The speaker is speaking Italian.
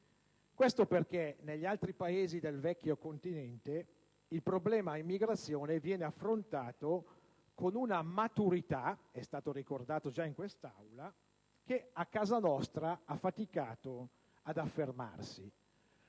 questo perché negli altri Paesi del vecchio continente il problema immigrazione viene affrontato con una maturità - è stato ricordato già in quest'Aula - che a casa nostra ha faticato ad affermarsi,